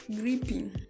gripping